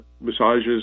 massages